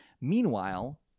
Meanwhile